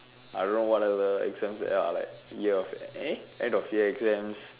I don't know what are the exams they are like year of eh end year exams